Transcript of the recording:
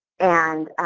and